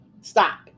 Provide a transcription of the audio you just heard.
Stop